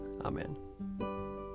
Amen